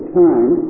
time